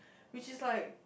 which is like